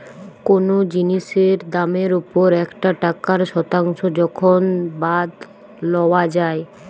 কোনো জিনিসের দামের ওপর একটা টাকার শতাংশ যখন বাদ লওয়া যাই